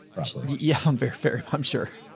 roughly. yeah. i'm very fair. i'm sure.